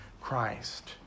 Christ